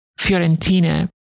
Fiorentina